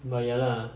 but ya lah